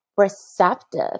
receptive